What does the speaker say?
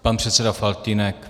Pan předseda Faltýnek.